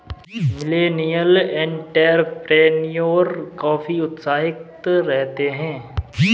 millennial entrepreneur काफी उत्साहित रहते हैं